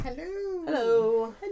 Hello